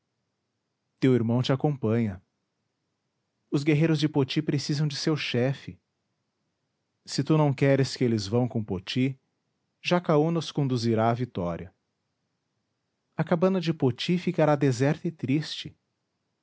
teu irmão te acompanha os guerreiros de poti precisam de seu chefe se tu não queres que eles vão com poti jacaúna os conduzirá à vitória a cabana de poti ficará deserta e triste